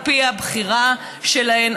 על פי הבחירה שלהן,